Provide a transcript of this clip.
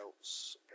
else